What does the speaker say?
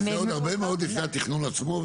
שזה עוד הרבה מאוד לפני התכנון עצמו.